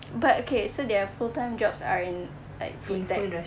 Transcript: but okay so their full-time jobs are in like food food